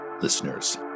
listeners